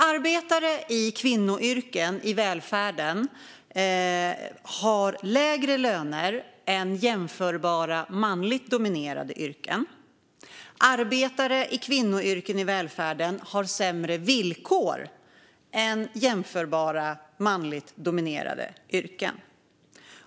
Arbetare i kvinnoyrken i välfärden har lägre löner än man har i jämförbara manligt dominerade yrken. Arbetare i kvinnoyrken i välfärden har sämre villkor än man har i jämförbara manligt dominerade yrken.